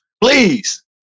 please